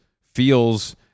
feels